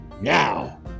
now